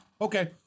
okay